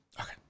Okay